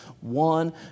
one